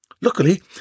Luckily